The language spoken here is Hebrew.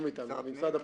לא מאתנו, ממשרד הפנים.